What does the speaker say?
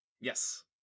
Yes